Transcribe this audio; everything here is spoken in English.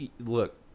look